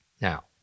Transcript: Now